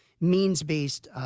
means-based